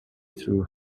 through